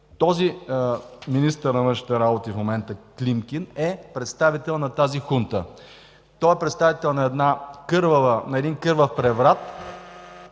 Този министър на външните работи в момента – Климкин, е представител на тази хунта. Той е представител на един кървав преврат,